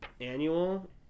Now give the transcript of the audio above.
annual